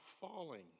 falling